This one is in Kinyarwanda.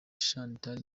chantal